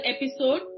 episode